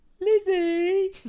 Lizzie